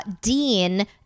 Dean